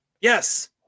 yes